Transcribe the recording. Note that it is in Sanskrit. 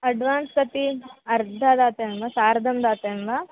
अड्वान्स् अपि अर्धं दातव्यं वा सार्धं दातव्यं वा